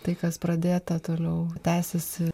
tai kas pradėta toliau tęsiasi